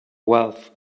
wealth